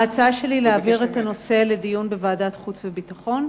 ההצעה שלי היא להעביר את הנושא לדיון בוועדת חוץ וביטחון,